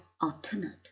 alternate